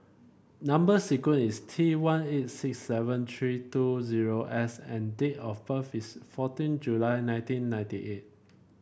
number sequence is T one eight six seven three two zero S and date of birth is fourteen July nineteen ninety eight